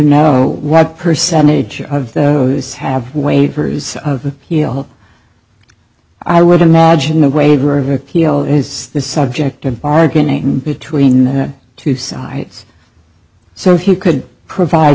know what percentage of those have waivers of appeal i would imagine a waiver of appeal is the subject of bargaining between the two sides so if you could provide